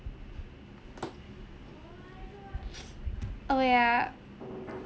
oh yup